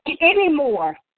anymore